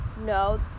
no